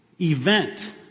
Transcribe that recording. event